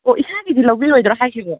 ꯑꯣ ꯏꯁꯥꯒꯤꯗ ꯂꯧꯕꯤꯔꯣꯏꯗ꯭ꯔꯣ ꯍꯥꯏꯁꯤꯕꯣ